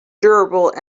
durable